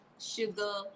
sugar